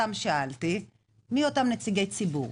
כששאלתי מי אותם נציגי ציבור,